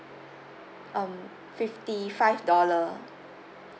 um fifty five dollar